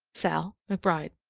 sal. mcbride.